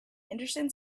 henderson